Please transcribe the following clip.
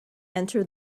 enter